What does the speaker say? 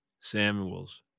Samuels